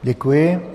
Děkuji.